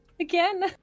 Again